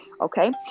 okay